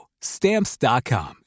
Stamps.com